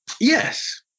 Yes